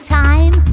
time